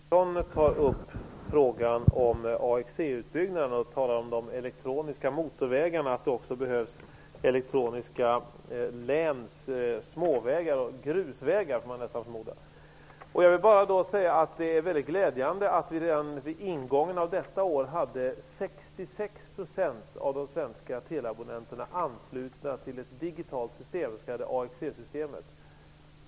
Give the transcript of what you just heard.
Herr talman! Jag vill återvända till telefrågorna. Elving Andersson tar upp frågan om AXE utbyggnaden. Han talar om de elektroniska motorvägarna och att det också behövs elektroniska småvägar och grusvägar. Låt mig säga att det är mycket glädjande att vi vid ingången av detta år hade 66 % av de svenska teleabonnenterna anslutna till ett digitalt system, det s.k. AXE-systemet.